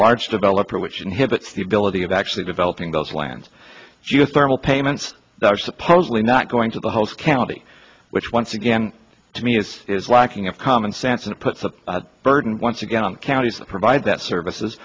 large developer which inhibits the ability of actually developing those lands geothermal payments that are supposedly not going to the host county which once again to me is is lacking a common sense and puts a burden once again on counties provide that services